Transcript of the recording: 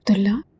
allah